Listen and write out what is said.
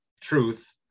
truth